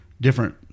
different